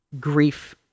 grief